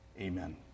Amen